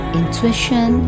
intuition